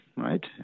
Right